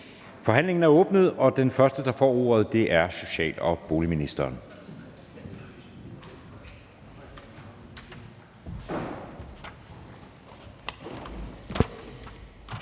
Forhandlingen er åbnet, og den første, der får ordet, er social- og boligministeren.